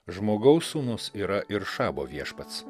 žmogaus sūnus yra ir šabo viešpats